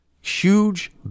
huge